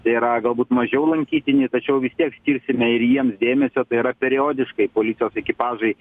tai yra galbūt mažiau lankytini tačiau vis tiek skirsime ir jiems dėmesio tai yra periodiškai policijos ekipažai